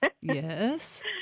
Yes